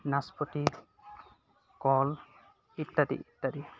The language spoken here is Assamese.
নাচপতি কল ইত্যাদি ইত্যাদি